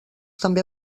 també